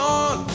on